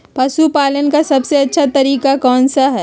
पशु पालन का सबसे अच्छा तरीका कौन सा हैँ?